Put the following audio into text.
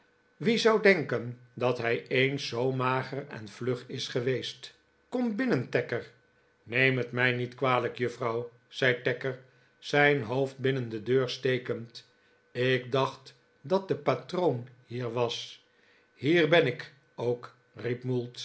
wie zou denken dat hij eens zoo mager en vlug is geweest kom binnen tacker neem het mij niet kwalijk juffrouw zei tacker zijn hoofd binnen de deur stekend ik dacht dat de patroon hier was hier ben ik ook